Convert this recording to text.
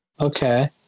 Okay